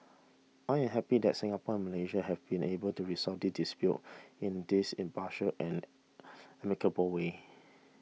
I am happy that Singapore and Malaysia have been able to resolve this dispute in this impartial and amicable way